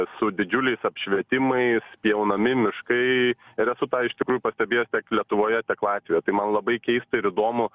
su didžiuliais apšvietimais pjaunami miškai ir esu tą iš tikrųjų pastebėjęs tiek lietuvoje tiek latvijoje tai man labai keista ir įdomu